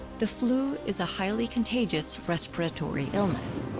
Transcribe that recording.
the flu is a highly contagious respiratory illness.